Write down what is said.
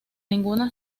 ninguna